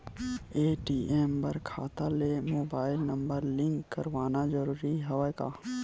ATM बर खाता ले मुबाइल नम्बर लिंक करवाना ज़रूरी हवय का?